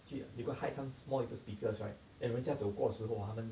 see ah they go hide some small little speakers right 等人家走过的时候他们